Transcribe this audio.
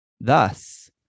Thus